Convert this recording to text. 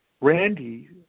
Randy